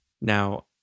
Now